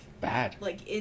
Bad